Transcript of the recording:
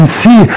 see